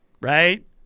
right